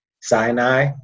Sinai